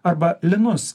arba linus